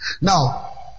Now